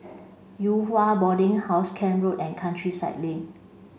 Yew Hua Boarding House Camp Road and Countryside Link